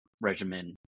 regimen